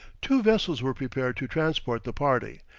two vessels were prepared to transport the party,